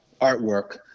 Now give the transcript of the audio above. artwork